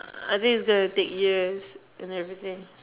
I think it's gonna take years and everything